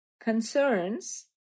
concerns